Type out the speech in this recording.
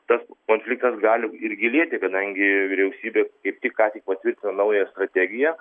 tas konfliktas gali ir gilėti kadangi vyriausybė kaip tik ką tik patvirtino naują strategiją